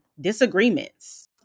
disagreements